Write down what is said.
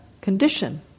condition